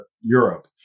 Europe